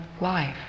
life